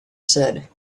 said